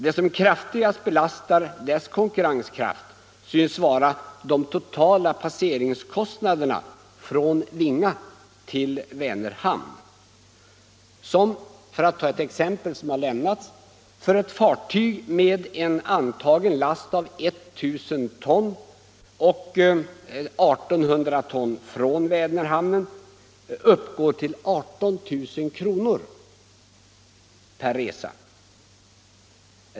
Det som kraftigast belastar sjöfartens konkurrenskraft synes vara de totala passeringskostnaderna från Vinga till Vänerhamn och åter, som — för att ta ett exempel — för ett fartyg med en antagen last av 1000 ton till 1 800 ton från Vänerhamnen uppgår till 18 000 kr. per resa.